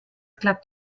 klappt